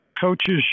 coaches